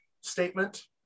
statement